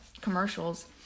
commercials